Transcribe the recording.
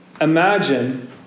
Imagine